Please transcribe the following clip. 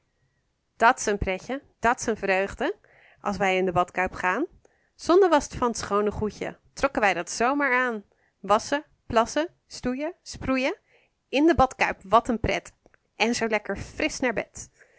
s een pretje dat s een vreugde als wij in de badkuip gaan zonde was t van t schoone goedje trokken wij dat zoo maar aan wasschen plassen stoeien sproeien in de badkuip wat een pret en zoo lekker frisch naar bed